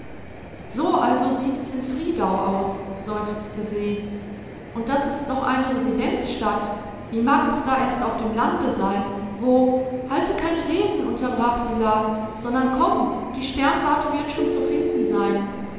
so also sieht es in friedau aus seufzte se und das ist noch eine residenzstadt wie mag es da erst auf dem lande sein wo halte keine reden unterbrach sie la sondern komm die sternwarte wird schon zu finden sein